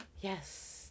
Yes